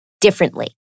differently